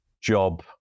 job